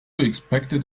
expected